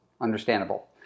Understandable